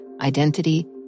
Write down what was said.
identity